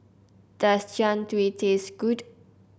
does Jian Dui taste good